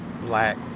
black